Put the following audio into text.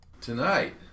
Tonight